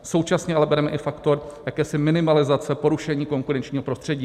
Současně ale bereme i faktor jakési minimalizace porušení konkurenčního prostředí.